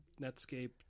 netscape